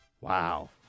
Wow